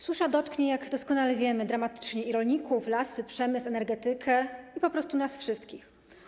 Susza dotknie, jak doskonale wiemy, dramatycznie rolników, lasy, przemysł, energetykę i po prostu nas wszystkich.